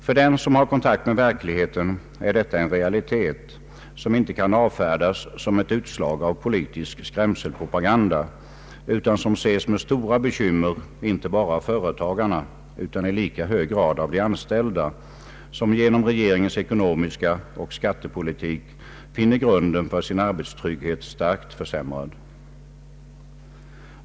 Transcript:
För den som har kontakt med verkligheten är detta en realitet som inte kan avfärdas som ett utslag av politisk skrämselpropaganda, utan som ses med stora bekymmer inte bara av företagarna utan i lika hög grad av de anställda, som genom regeringens ekonomiska politik och skattepolitik finner grunden för sin arbetstrygghet starkt försämrad.